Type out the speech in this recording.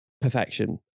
perfection